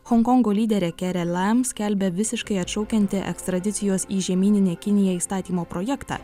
honkongo lyderė kerė lam skelbia visiškai atšaukianti ekstradicijos į žemyninę kiniją įstatymo projektą